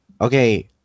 Okay